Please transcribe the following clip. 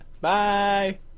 Bye